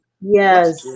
Yes